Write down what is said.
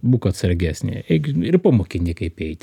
būk atsargesnė ir pamokini kaip eit